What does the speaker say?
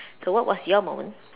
so what was your moment